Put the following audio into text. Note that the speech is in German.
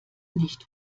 nicht